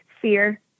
fear